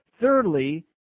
Thirdly